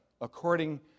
according